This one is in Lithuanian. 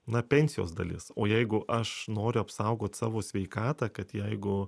na pensijos dalis o jeigu aš noriu apsaugot savo sveikatą kad jeigu